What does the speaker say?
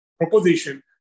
proposition